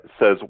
says